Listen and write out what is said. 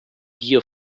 gier